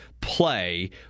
play